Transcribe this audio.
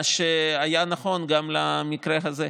מה שהיה נכון גם למקרה הזה.